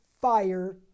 fire